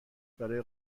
برای